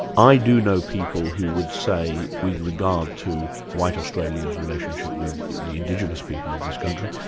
i do know people who would say with regard to white australia's relationship with the indigenous people of this country,